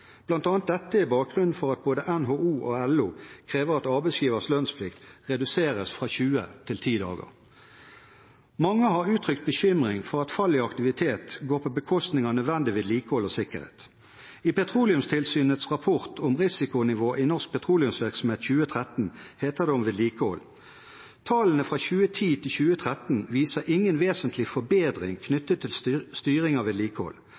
annet dette er bakgrunnen for at både NHO og LO krever at arbeidsgivers lønnsplikt reduseres fra 20 til 10 dager. Mange har uttrykt bekymring for at fall i aktivitet går på bekostning av nødvendig vedlikehold og sikkerhet. I Petroleumstilsynets rapport om risikonivå i norsk petroleumsvirksomhet 2013 heter det om vedlikehold: «Tallene fra 2010 til 2013 viser ingen vesentlig forbedring knyttet til styring av vedlikehold.